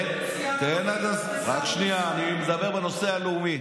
ואתה לא אמור לדאוג לאוכלוסייה הערבית